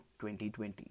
2020